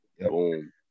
boom